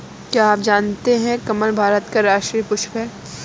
क्या आप जानते है कमल भारत का राष्ट्रीय पुष्प है?